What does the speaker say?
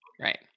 right